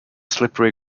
slippery